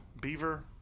beaver